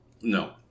No